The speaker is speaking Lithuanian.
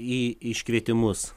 į iškvietimus